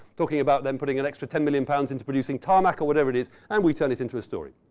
talking about them putting an extra ten million pounds into producing tarmac, or whatever it is, and we turned it into a story.